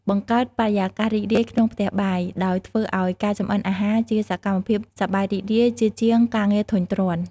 បង្កើតបរិយាកាសរីករាយក្នុងផ្ទះបាយ ដោយធ្វើឱ្យការចម្អិនអាហារជាសកម្មភាពសប្បាយរីករាយ ជាជាងការងារធុញទ្រាន់។